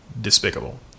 despicable